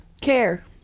care